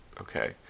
okay